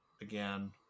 again